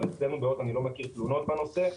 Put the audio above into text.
אבל אצלנו בהוט אני לא מכיר תלונות בנושא.